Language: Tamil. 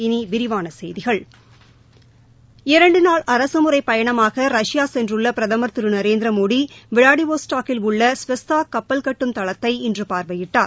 இனி விரிவான செய்திகள் இரண்டுநாள் அரசுமுறைப் பயணமாக ரஷ்யா சென்றுள்ள பிரதமர் திரு நரேந்திர மோடி விளாடிவோஸ்டாக்கில் உள்ள ஸ்வேஸ்தா கப்பல் கட்டும் தளத்தை இன்று பார்வையிட்டார்